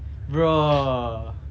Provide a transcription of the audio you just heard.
bro